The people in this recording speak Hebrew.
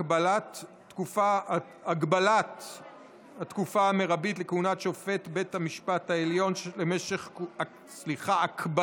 הקבלת התקופה המרבית לכהונת שופט בית המשפט העליון למשך כהונת